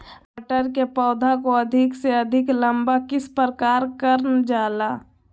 मटर के पौधा को अधिक से अधिक लंबा किस प्रकार कारण जाला?